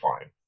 fine